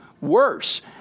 worse